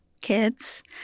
kids